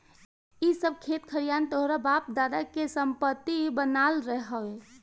इ सब खेत खरिहान तोहरा बाप दादा के संपत्ति बनाल हवे